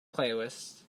playlist